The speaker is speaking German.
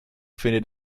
findet